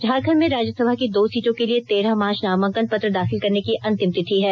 झारखंड में राज्यसभा की दो सीटों के लिए तेरह मार्च नामांकन पत्र दाखिल करने की अंतिम तिथि है